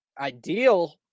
Ideal